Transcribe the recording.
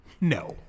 no